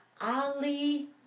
Ali